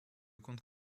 compte